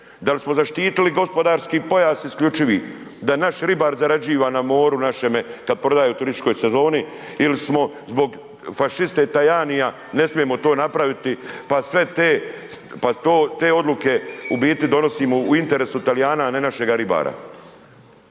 da li smo zaštitili gospodarski pojas isključivi da naš ribar zarađiva na moru našemu kad prodaju u turističkoj sezoni ili smo zbog fašiste Tajanija ne smijemo to napraviti pa sve te odluke u biti donosimo u interesu Talijana a ne našeg ribara.